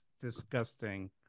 disgusting